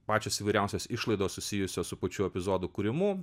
pačios įvairiausios išlaidos susijusios su pačių epizodų kūrimu